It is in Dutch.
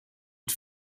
het